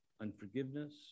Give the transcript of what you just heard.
unforgiveness